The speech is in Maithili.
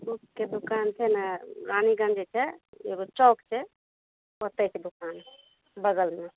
बुकके दोकान छै ने रानीगंज जे छै एगो चौक छै ओतै छै दोकान बगलमे